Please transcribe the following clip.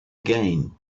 gain